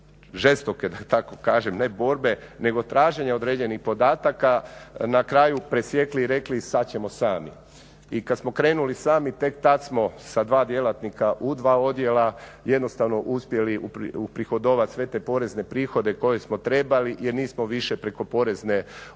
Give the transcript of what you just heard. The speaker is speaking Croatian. žestoke da tako kažem ne borbe, nego traženja određenih podataka na kraju presjekli i rekli sada ćemo sami. I kada smo krenuli sami tek tada smo sa dva djelatnika u dva odjela jednostavno uspjeli uprihodovati sve te porezne prihode koje smo trebali jer nismo više preko Porezne uprave